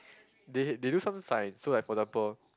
they they do some science so like for example